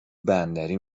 بندری